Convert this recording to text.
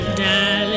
darling